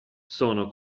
sono